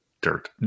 Dirt